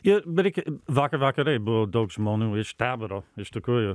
i be reikia vakar vakare buvo daug žmonių iš teboro iš tikrųjų